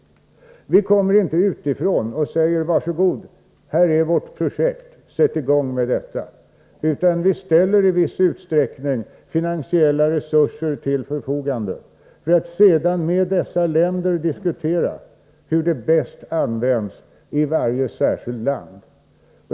Vi kommer inte utifrån och säger: Var så goda, här är vårt projekt — sätt i gång med detta! Nej, vi ställer i viss utsträckning finansiella resurser till förfogande för att sedan diskutera hur resurserna bäst används i varje särskilt land.